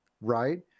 right